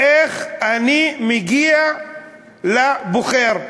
איך אני מגיע לבוחר.